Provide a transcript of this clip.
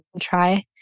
try